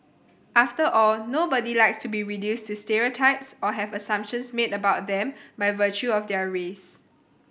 after all nobody likes to be reduced to stereotypes or have assumptions made about them by virtue of their race